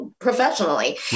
professionally